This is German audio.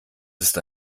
ist